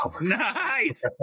Nice